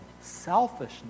selfishness